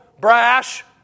brash